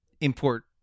import